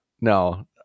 No